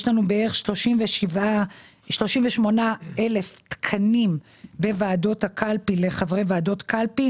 יש לנו כ-38,000 תקנים לחברי ועדות קלפי.